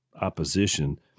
opposition